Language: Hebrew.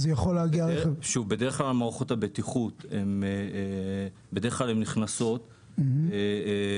אז יכול להגיע רכב --- דרך מערכות הבטיחות נכנסות בהתאמה.